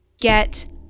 get